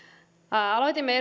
aloitimme